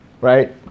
right